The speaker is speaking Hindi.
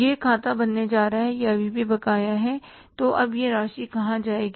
यह खाता बनने जा रहा है यह अभी भी बकाया है तो अब यह राशि कहां जाएगी